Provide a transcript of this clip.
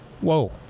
Whoa